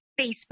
Facebook